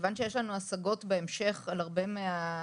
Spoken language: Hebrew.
מכיוון שיש לנו השגות בהמשך על הרבה מהסעיפים,